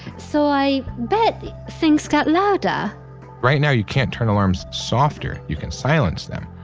so i bet things got louder right now, you can't turn alarms softer. you can silence them,